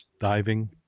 diving